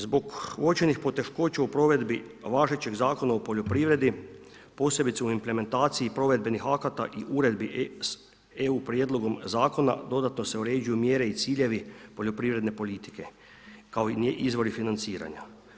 Zbog očajnih poteškoća u provedbi važećeg zakona o poljoprivredi, posebice o implementaciji provedbenih akata i uredbi s EU prijedlogom zakona, dodatno se uređuju mjere i ciljevi poljoprivredne politike, kao i izvori financiranja.